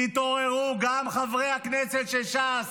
תתעוררו, גם חברי הכנסת של ש"ס.